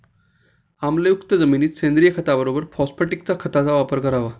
आम्लयुक्त जमिनीत सेंद्रिय खताबरोबर फॉस्फॅटिक खताचा वापर करावा